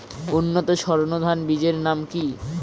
উন্নত সর্ন ধান বীজের নাম কি?